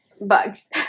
bugs